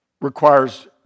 requires